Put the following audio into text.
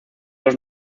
los